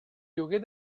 lloguer